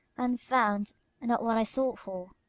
and found not what i sought for.